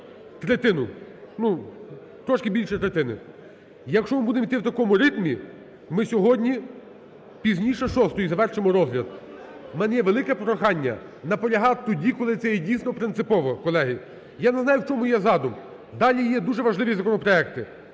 Третину. Ну, трошки більше третини. Якщо будемо йти в такому ритмі, ми сьогодні пізніше шостої завершимо розгляд. У мене є велике прохання наполягати тоді, коли це є дійсно принципово, колеги. Я не знаю, в чому є задум. Далі є дуже важливі законопроекти.